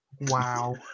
Wow